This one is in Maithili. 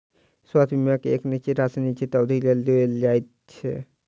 स्वास्थ्य बीमा मे एक निश्चित राशि निश्चित अवधिक लेल देल जाइत छै